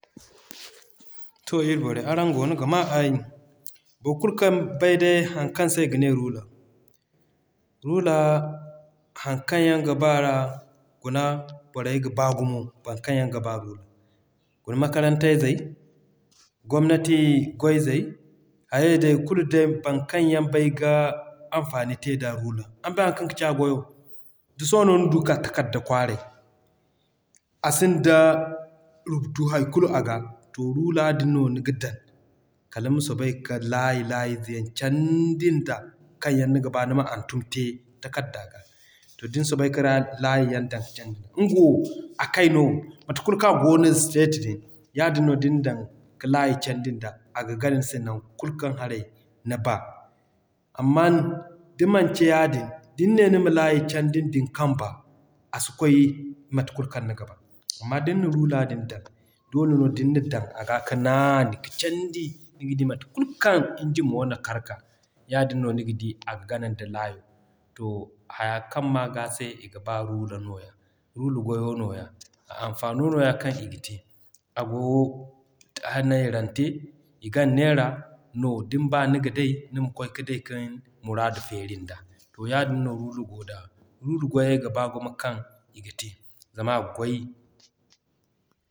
To iri borey araŋ goono ga maa aayi. Boro kulu kaŋ bay day haŋ kaŋ se i ga ne Rula. Rula, haŋ kaŋ yaŋ ga baa ra, guna borey ga baa gumo baŋ kaŋ yaŋ ga baa Rula. Guna: Makarantey zey, Gomnati goy zey, hayay day kulu day baŋ kaŋ yaŋ bay ga anfani te da Rula. Araŋ bay haŋ kaŋ kaci a goyo? Da sohõ no ni du ka takarda kwaaray, a sinda da rubutu hay kulu a ga, to Rula din no niga dan kala ma soobay ka laya layey ze yaŋ cannndi nda kaŋ yaŋ niga baa nima hantum te takarda g'a. To din soobay ka rala laya yaŋ dan ka candi, ngo wo a kay no mate kulu kaŋ a goono straight din, yaadin no din na dan ka laya candi nda aga gana ni se nan kulu kaŋ haray ni ba. Amman da manci yaadin, din ne nima laya candi nda ni kamba, a si kwaay mate kulu kaŋ niga ba. Amma din na Rula din dan, doole no din na dan aga ka naani ka cannndi, niga di mate kulu kaŋ engine mo yaadin no niga di aga gana nda da layo. To haya kaŋ m'a g'a se iga ba Rula nooya. Rula goyo nooya, anfano nooya kaŋ iga te. A goo neerante, i gan neera no, din b'a no niga day, nima kwaay ka day kin muraadu feeri nda. To yaadin no Rula goo da. Rula goyey ga baa gumo kaŋ iga te, zama aga goy.